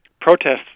protests